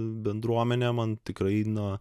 bendruomene man tikrai na